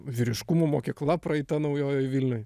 vyriškumo mokykla praeita naujojoj vilnioje